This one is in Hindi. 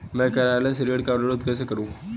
मैं कार्यालय से ऋण का अनुरोध कैसे करूँ?